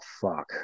fuck